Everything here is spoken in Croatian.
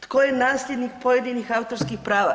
Tko je nasljednik pojedinih autorskih prava?